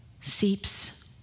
seeps